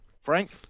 Frank